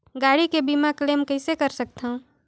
गाड़ी के बीमा क्लेम कइसे कर सकथव?